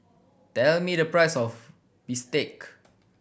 tell me the price of bistake